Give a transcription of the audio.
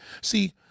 see